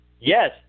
Yes